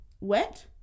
Wet